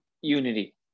unity